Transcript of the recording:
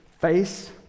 face